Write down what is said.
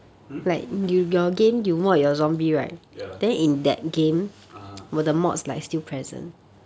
hmm ya (uh huh)